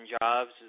jobs